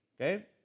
okay